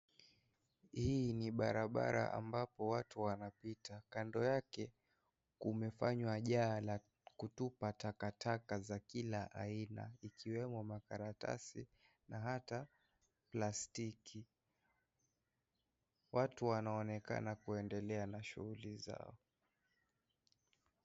Hii ni barabara ambapo watu wanapita. Kando kumefanywa jaa la kutupa takataka za kila aina ikiwemo makaratasi na hata plastiki . Watu wanaonekana kuendelea na shughuli zao.